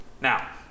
Now